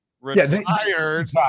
retired